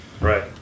Right